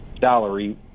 salary